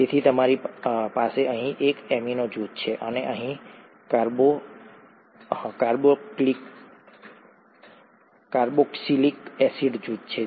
તેથી તમારી પાસે અહીં એક એમિનો જૂથ છે અને અહીં કાર્બોક્સિલિક એસિડ જૂથ છે